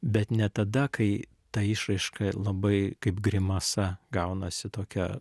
bet ne tada kai ta išraiška labai kaip grimasa gaunasi tokia